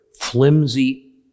flimsy